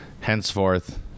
henceforth